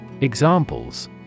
Examples